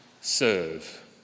serve